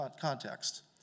context